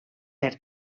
per